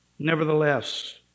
Nevertheless